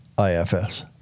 IFS